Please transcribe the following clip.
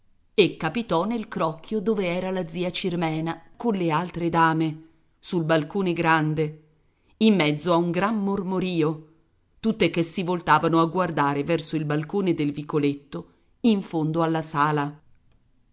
e capitò nel crocchio dove era la zia cirmena colle altre dame sul balcone grande in mezzo a un gran mormorìo tutte che si voltavano a guardare verso il balcone del vicoletto in fondo alla sala